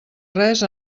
res